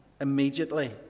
Immediately